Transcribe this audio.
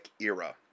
era